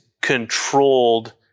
controlled